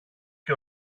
και